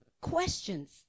questions